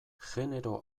genero